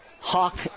Hawk